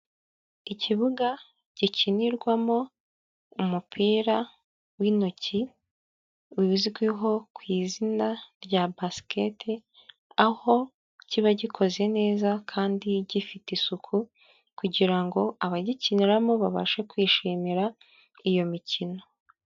Ikibuga gikinirwamo umupira w'intoki uzwiho ku izina rya basikete, aho kiba gikoze neza kandi gifite isuku kugira ngo abagikiniramo babashe kwishimira iyo mikino.